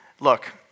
look